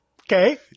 Okay